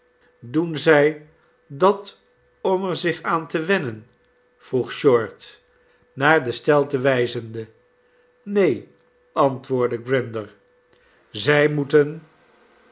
doen zij dat om er zich aan te wennen vroeg short naar de stelten wijzende neen antwoordde grinder zij moeten